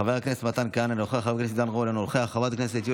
חבר הכנסת מתן כהנא, אינו נוכח,